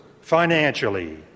financially